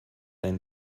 ein